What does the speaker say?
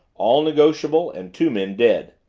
all negotiable, and two men dead.